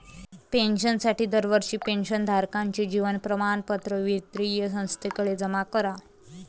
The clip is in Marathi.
पेन्शनसाठी दरवर्षी पेन्शन धारकाचे जीवन प्रमाणपत्र वित्तीय संस्थेकडे जमा करा